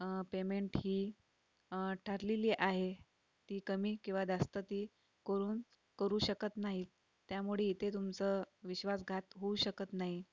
payment ही ठरलेली आहे ती कमी किंवा जास्त ती करून करू शकत नाही त्यामुळे इथे तुमचं विश्वासघात होऊ शकत नाही